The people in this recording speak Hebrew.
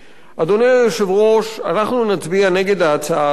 אדוני היושב-ראש, אנחנו נצביע נגד ההצעה הזאת.